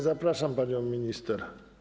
Zapraszam panią minister.